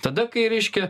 tada kai reiškia